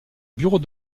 bureau